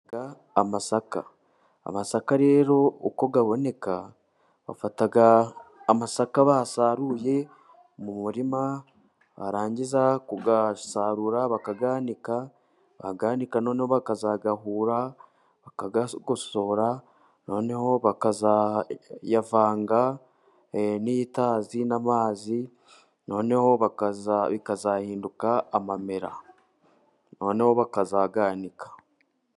Amasaka. Amasaka rero uko aboneka, bafata amasaka basaruye mu murima, barangiza kuyasarura bakayanika, bayanika noneho bakazayahura bakayagosora, noneho bakazayavanga n'itazi n'amazi, noneho bikazahinduka amamera. Noneho bakazayanika.